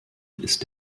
ist